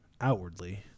outwardly